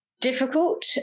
difficult